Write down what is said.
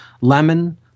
lemon